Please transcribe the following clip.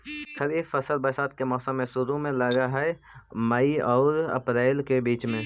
खरीफ फसल बरसात के मौसम के शुरु में लग हे, मई आऊ अपरील के बीच में